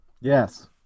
yes